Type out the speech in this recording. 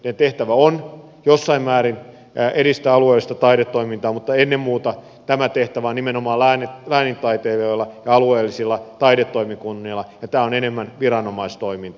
aluetoimipisteiden tehtävä on jossain määrin edistää alueellista taidetoimintaa mutta ennen muuta tämä tehtävä on nimenomaan läänintaiteilijoilla ja alueellisilla taidetoimikunnilla ja tämä on enemmän viranomaistoimintaa